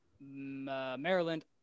Maryland